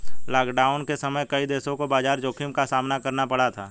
lockdown के समय कई देशों को बाजार जोखिम का सामना करना पड़ा था